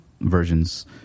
versions